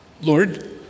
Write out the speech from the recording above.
Lord